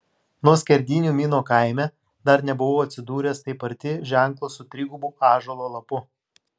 nuo skerdynių mino kaime dar nebuvau atsidūręs taip arti ženklo su trigubu ąžuolo lapu